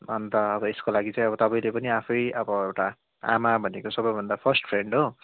अन्त अब यसको लागि चाहिँ तपाईँले पनि आफै अब एउटा आमा भनेको सबैभन्दा फर्स्ट फ्रेन्ड हो